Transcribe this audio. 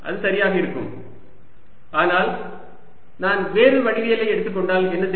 சரியாக இருக்கும் Vrq4π0r≠0 at rR Vrq4π0 ஆனால் நான் வேறு வடிவவியலை எடுத்துக் கொண்டால் என்ன செய்வது